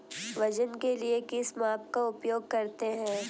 वजन के लिए किस माप का उपयोग करते हैं?